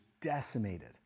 decimated